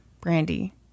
Brandy